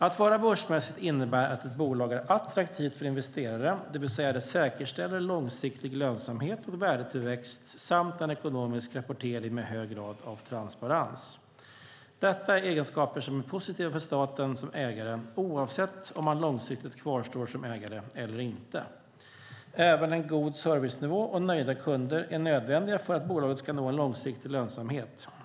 Att vara börsmässigt innebär att ett bolag är attraktivt för investerare, det vill säga det säkerställer långsiktig lönsamhet och värdetillväxt samt en ekonomisk rapportering med en hög grad av transparens. Detta är egenskaper som är positiva för staten som ägare oavsett om man långsiktigt kvarstår som ägare eller inte. Även en god servicenivå och nöjda kunder är nödvändiga för att bolaget ska nå en långsiktig lönsamhet.